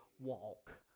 walk